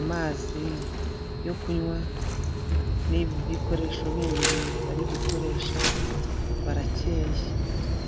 amazi yo kunywa n'ibikoresho bindi bari gukoresha barakeye.